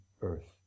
earth